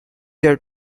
year